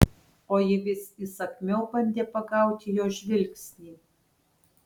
o ji vis įsakmiau bandė pagauti jo žvilgsnį